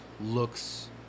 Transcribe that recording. looks